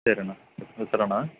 சரிண்ணா வச்சிறேண்ணா